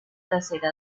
trasera